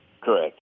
Correct